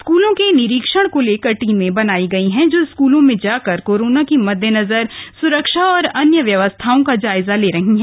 स्कूलों के निरीक्षण को लेकर टीमें बनाई गई हैं जो स्कूलों में जाकर कोरोना की मद्देनजर सुरक्षा और अन्य व्यवस्थाओं का जायजा ले रही हैं